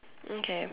okay